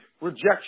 rejection